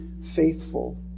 faithful